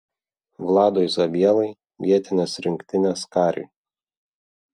vladui zabielai vietinės rinktinės kariui